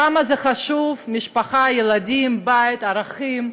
כמה זה חשוב משפחה, ילדים, בית, ערכים.